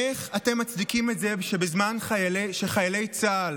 איך אתם מצדיקים את זה שבזמן שחיילי צה"ל